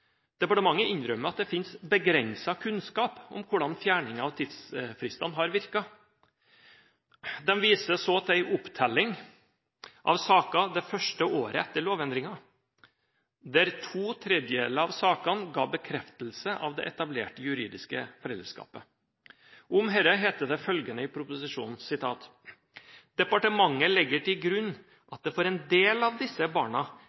Departementet innrømmer at det finnes «begrenset kunnskap» om hvordan fjerning av tidsfristene har virket. Det viser så til en opptelling av saker det første året etter lovendringen, der to tredjedeler av sakene ga bekreftelse av det etablerte juridiske foreldreskapet. Om dette heter det følgende i proposisjonen: «Departementet legger til grunn at det for en del av disse barna